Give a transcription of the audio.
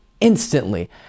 instantly